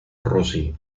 rossi